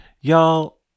Y'all